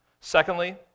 Secondly